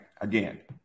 Again